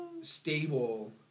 stable